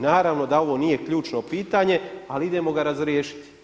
Naravno da ovo nije ključno pitanje, ali idemo ga razriješiti.